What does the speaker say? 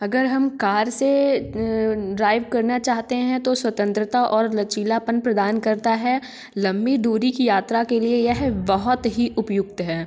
अगर हम कार से ड्राइव करना चाहते हैं तो स्वतंत्रता और लचीलापन प्रदान करता है लम्बी दूरी की यात्रा के लिए यह बहुत ही उपयुक्त है